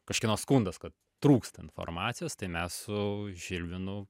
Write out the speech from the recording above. kažkieno skundas kad trūksta informacijos tai mes su žilvinu